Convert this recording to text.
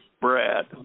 Brad